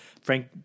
Frank